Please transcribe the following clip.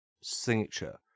signature